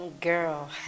Girl